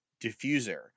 diffuser